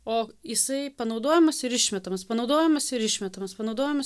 o jisai panaudojamas ir išmetamas panaudojamas ir išmetamas panaudojamas